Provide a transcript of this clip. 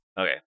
Okay